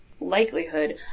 likelihood